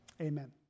Amen